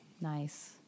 Nice